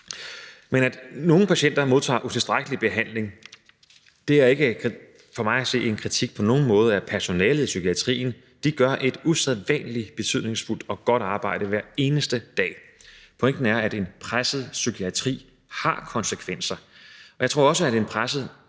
Men at nogle patienter modtager utilstrækkelig behandling, er for mig at se ikke på nogen måde en kritik af personalet i psykiatrien. De gør et usædvanlig betydningsfuldt og godt arbejde hver eneste dag. Pointen er, at en presset psykiatri har konsekvenser, og jeg tror også, at presset